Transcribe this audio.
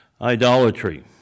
idolatry